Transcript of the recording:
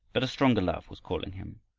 but a stronger love was calling him